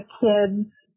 kids